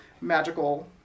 magical